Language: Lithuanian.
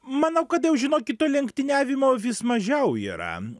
manau kad jau žinokit to lenktyniavimo vis mažiau yra